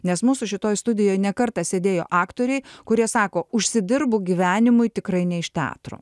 nes mūsų šitoj studijoj ne kartą sėdėjo aktoriai kurie sako užsidirbu gyvenimui tikrai ne iš teatro